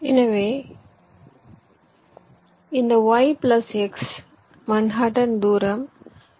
எனவே இந்த y plus x Manhattan தூரம் இந்த x பிளஸ் y